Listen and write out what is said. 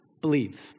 believe